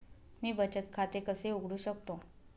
मी बचत खाते कसे उघडू शकतो?